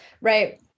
Right